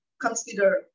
consider